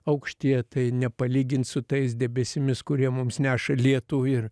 aukštyje tai nepalygint su tais debesimis kurie mums neša lietų ir